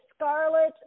scarlet